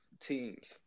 teams